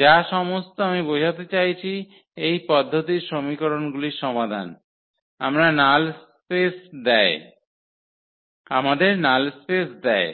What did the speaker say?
যা সমস্ত আমি বোঝাতে চাইছি এই পদ্ধতির সমীকরণগুলির সমাধান সময় উল্লেখ করুন 3058 আমাদের নাল স্পেস দেয়